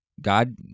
God